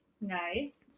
Nice